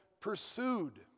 pursued